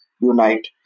unite